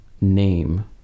name